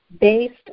based